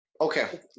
Okay